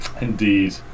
indeed